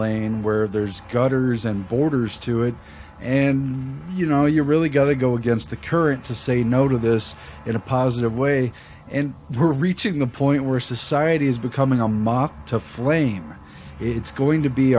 lane where there's gutters and borders to it and you know you really got to go against the current to say no to this in a positive way and we're reaching a point where society is becoming a mock to frame it's going to be